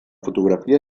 fotografia